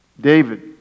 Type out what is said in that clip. David